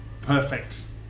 Perfect